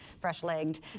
fresh-legged